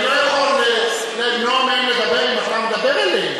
אני לא יכול למנוע מהם לדבר אם אתה מדבר אליהם.